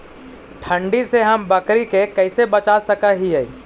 ठंडी से हम बकरी के कैसे बचा सक हिय?